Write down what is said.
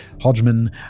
Hodgman